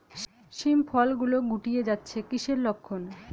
শিম ফল গুলো গুটিয়ে যাচ্ছে কিসের লক্ষন?